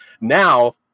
now